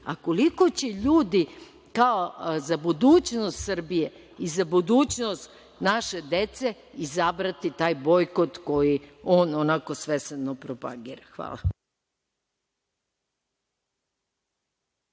a koliko će ljudi, kao za budućnost Srbije i za budućnost naše dece, izabrati taj bojkot koji on onako svesrdno propagira. Hvala.